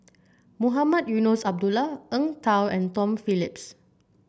Mohamed Eunos Abdullah Eng Tow and Tom Phillips